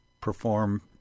perform